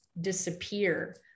disappear